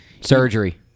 surgery